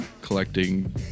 collecting